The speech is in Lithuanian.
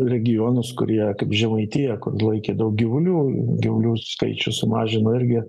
regionus kurie kaip žemaitija laikė daug gyvulių gyvulių skaičių sumažino irgi